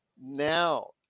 now